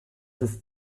ist